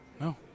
No